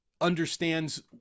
understands